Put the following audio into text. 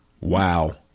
wow